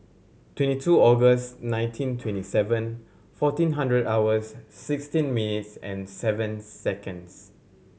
twenty two August nineteen twenty seven fourteen hundred hours sixteen minutes and seven seconds